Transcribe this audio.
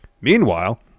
Meanwhile